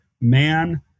man